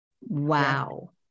Wow